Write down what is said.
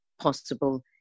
possible